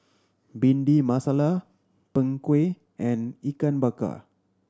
Bhindi Masala Png Kueh and Ikan Bakar